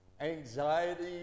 anxiety